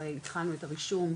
התחלנו את הרישום,